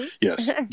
Yes